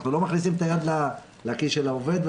אנחנו לא מכניסים את היד לכיס של העובד.